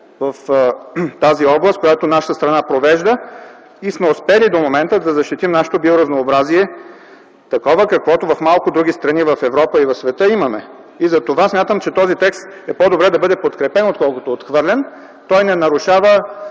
в тази област, която нашата страна провежда, и до момента сме успели да защитим нашето биоразнообразие такова, каквото в малко други страни в Европа и в света имаме. Затова смятам, че този текст е по-добре да бъде подкрепен, отколкото отхвърлен. Той не нарушава